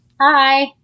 hi